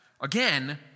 again